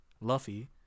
Luffy